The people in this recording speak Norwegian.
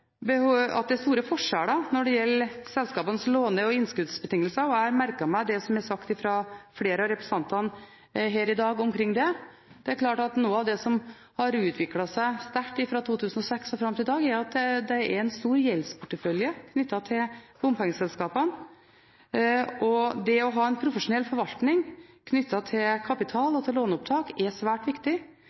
framhevet at det er store forskjeller når det gjelder selskapenes låne- og innskuddsbetingelser. Jeg har merket meg det flere representanter har sagt her i dag om det. Det er klart at noe av det som har utviklet seg sterkt fra 2006 til i dag er at det er en stor gjeldsportefølje knyttet til bompengeselskapene. Det å ha en profesjonell forvaltning knyttet til kapital og låneopptak er svært viktig.